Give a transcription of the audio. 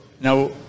Now